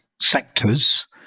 sectors